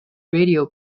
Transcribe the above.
radio